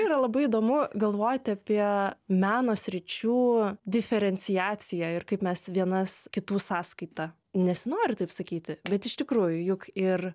yra labai įdomu galvoti apie meno sričių diferenciaciją ir kaip mes vienas kitų sąskaita nesinori taip sakyti bet iš tikrųjų juk ir